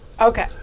Okay